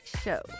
Show